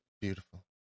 Beautiful